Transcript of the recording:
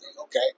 okay